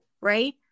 right